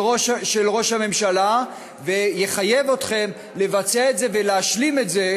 ראש הממשלה ויחייב אתכם לבצע את זה ולהשלים את זה,